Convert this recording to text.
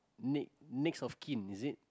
n~ next of kin is it